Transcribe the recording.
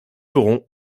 ferons